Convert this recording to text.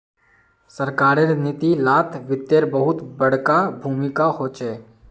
सरकारेर नीती लात वित्तेर बहुत बडका भूमीका होचे